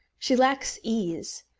she lacks ease.